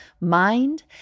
mind